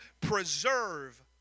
preserve